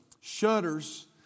shutters